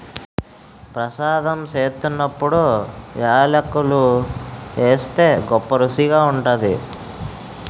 ప్రసాదం సేత్తున్నప్పుడు యాలకులు ఏస్తే గొప్పరుసిగా ఉంటాది